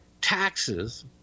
taxes